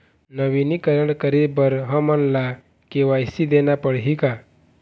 नवीनीकरण करे बर हमन ला के.वाई.सी देना पड़ही का?